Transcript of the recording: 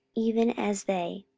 even as they.